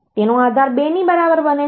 તેનો આધાર 2 ની બરાબર બને છે